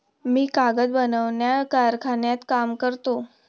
मी कागद बनवणाऱ्या कारखान्यात काम करतो